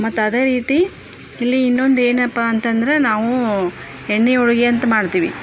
ಮತ್ತೆ ಅದೇ ರೀತಿ ಇಲ್ಲಿ ಇನ್ನೊಂದು ಏನಪ್ಪಾ ಅಂತ ಅಂದ್ರ ನಾವು ಎಣ್ಣೆ ಹೋಳಿಗೆ ಅಂತ ಮಾಡ್ತೀವಿ